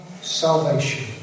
salvation